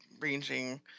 ranging